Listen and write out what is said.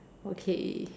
okay